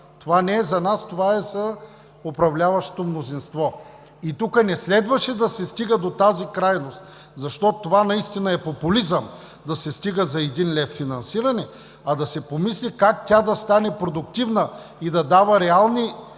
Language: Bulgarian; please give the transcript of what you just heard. Това не е за нас, това е за управляващото мнозинство и тук не следваше да се стига до тази крайност, защото наистина е популизъм това да се стига до финансиране за един лев. Да се помисли как тя да стане продуктивна и да бъде реално